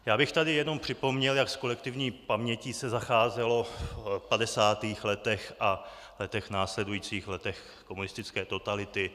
Já bych tady jenom připomněl, jak se s kolektivní pamětí zacházelo v padesátých letech a v letech následujících, v letech komunistické totality.